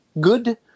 good